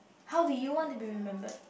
how do you want to be remembered